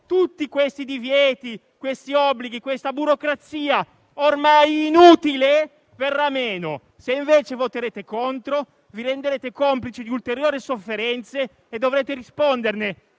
tutti i divieti, gli obblighi e la burocrazia ormai inutile verranno meno. Se invece voterete contro, vi renderete complici di ulteriori sofferenze e dovrete risponderne